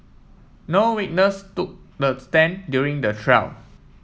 no witness took the stand during the trial